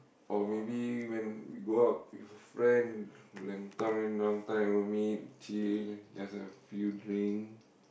or maybe when we go out with friends long time long time no meet chill just a few drink